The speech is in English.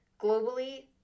globally